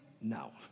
no